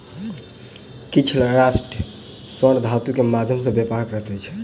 किछ राष्ट्र स्वर्ण धातु के माध्यम सॅ व्यापार करैत अछि